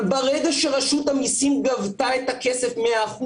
אבל ברגע שרשות המיסים גבתה את הכסף 100%